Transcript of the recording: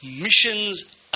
mission's